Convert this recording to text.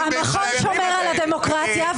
המכון שומר על הדמוקרטיה,